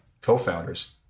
co-founders